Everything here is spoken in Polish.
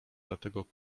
dlatego